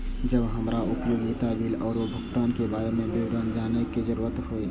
जब हमरा उपयोगिता बिल आरो भुगतान के बारे में विवरण जानय के जरुरत होय?